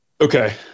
Okay